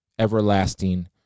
everlasting